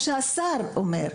את מה שהשר אומר.